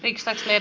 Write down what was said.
kiitoksia